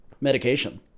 medication